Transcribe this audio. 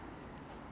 什么 brand